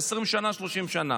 וזהו, אתה פה 20 שנה, 30 שנה.